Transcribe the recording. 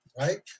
right